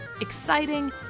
exciting